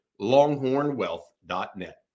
longhornwealth.net